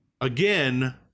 again